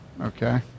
okay